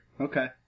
Okay